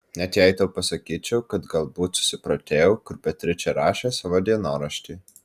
net jei tau pasakyčiau kad galbūt susiprotėjau kur beatričė rašė savo dienoraštį